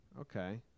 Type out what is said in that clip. Okay